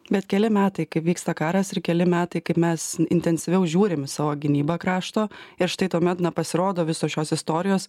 bet keli metai kaip vyksta karas ir keli metai kaip mes intensyviau žiūrim į savo gynybą krašto ir štai tuomet na pasirodo visos šios istorijos